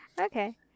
Okay